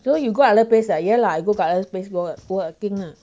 so you go other place ah ya lah I go to other place do work do working lah